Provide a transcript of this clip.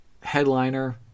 headliner